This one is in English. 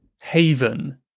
haven